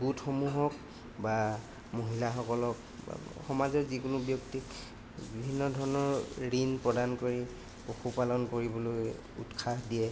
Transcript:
গোটসমূহক বা মহিলাসকলক সমাজৰ যিকোনো ব্যক্তিক বিভিন্ন ধৰণৰ ঋণ প্ৰদান কৰি পশুপালন কৰিবলৈ উৎসাহ দিয়ে